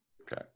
okay